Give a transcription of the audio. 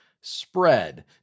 spread